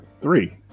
three